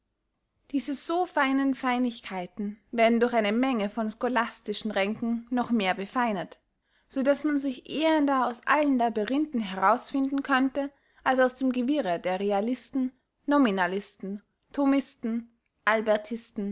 diese so feinen feinigkeiten werden durch eine menge von scholastischen ränken noch mehr befeinert so daß man sich ehender aus allen labyrinthen heraus finden könnte als aus dem gewirre der realisten nominalisten